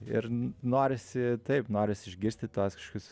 ir n norisi taip norisi išgirsti tuos kažkokius